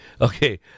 Okay